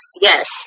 Yes